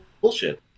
bullshit